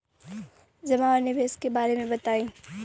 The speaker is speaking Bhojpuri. जमा और निवेश के बारे मे बतायी?